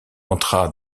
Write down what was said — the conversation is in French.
entra